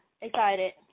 excited